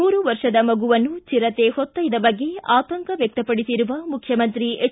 ಮೂರು ವರ್ಷದ ಮಗುವನ್ನು ಚಿರತೆ ಹೊತ್ತೊಯ್ದ ಬಗ್ಗೆ ಆತಂಕ ವ್ಯಕ್ತಪಡಿಸಿರುವ ಮುಖ್ಯಮಂತ್ರಿ ಎಚ್